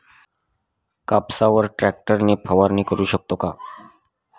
कापसावर ट्रॅक्टर ने फवारणी करु शकतो का?